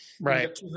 Right